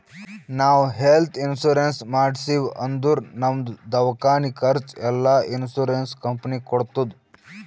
ನಾವ್ health insurance ಮಾಡ್ಸಿವ್ ಅಂದುರ್ ನಮ್ದು ದವ್ಕಾನಿ ಖರ್ಚ್ ಎಲ್ಲಾ ಇನ್ಸೂರೆನ್ಸ್ ಕಂಪನಿ ಕೊಡ್ತುದ್